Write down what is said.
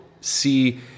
see